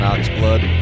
Oxblood